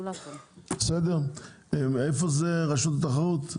רשות התחרות,